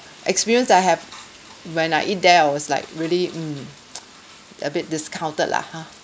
experience that I have when I eat there I was like really mm a bit discounted lah !huh!